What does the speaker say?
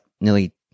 nearly